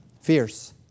fierce